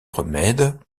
remèdes